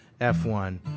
F1